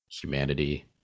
humanity